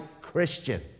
Christian